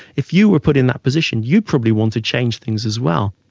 if you were put in that position, you'd probably want to change things as well.